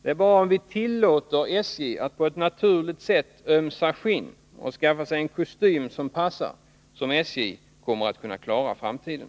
Det är bara om vi tillåter att SJ på ett naturligt sätt ömsar skinn och skaffar sig en kostym som passar som SJ kommer att kunna klara framtiden.